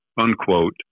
unquote